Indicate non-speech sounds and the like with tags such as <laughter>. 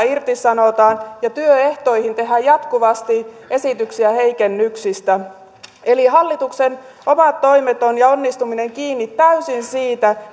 <unintelligible> irtisanotaan ja työehtoihin tehdään jatkuvasti esityksiä heikennyksistä eli hallituksen omat toimet ja onnistuminen ovat kiinni täysin siitä <unintelligible>